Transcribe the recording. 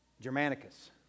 Germanicus